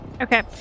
Okay